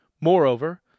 Moreover